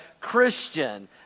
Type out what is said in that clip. Christian